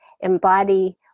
embody